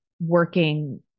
working